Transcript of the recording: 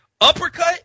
uppercut